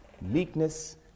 meekness